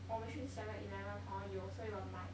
我们去 Seven Eleven hor 有所以我买